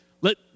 let